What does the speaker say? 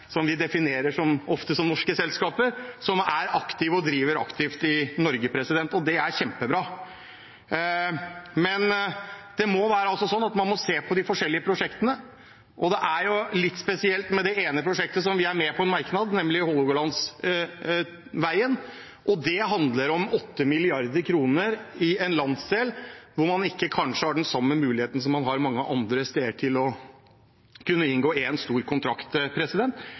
som vi ofte definerer som norske, som driver aktivt i Norge. Det er kjempebra. Men man må altså se på de forskjellige prosjektene, og det er jo litt spesielt med det ene prosjektet som vi er med på å omtale i en merknad, nemlig Hålogalandsvegen. Det handler om 8 mrd. kr i en landsdel hvor man kanskje ikke har den samme muligheten som man har mange andre steder til å kunne inngå en stor kontrakt.